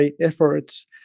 efforts